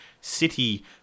city